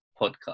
podcast